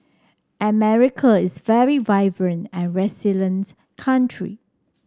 America is very vibrant and resilience country